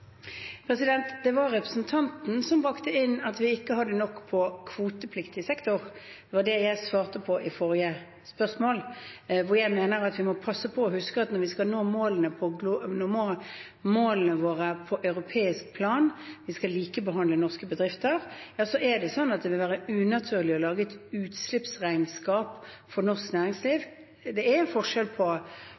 Det var representanten som brakte inn at vi ikke hadde nok for kvotepliktig sektor. Det var det jeg svarte på i forrige spørsmål. Jeg mener at vi må huske at når vi skal nå målene våre på europeisk nivå – vi skal likebehandle norske bedrifter – vil det være unaturlig å lage et utslippsregnskap for norsk næringsliv. Det er en forskjell på